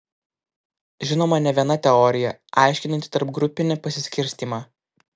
žinoma ne viena teorija aiškinanti tarpgrupinį pasiskirstymą